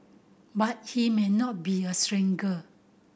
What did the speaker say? but he may not be a stranger